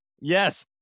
Yes